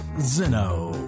Zeno